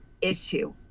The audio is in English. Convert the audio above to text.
issue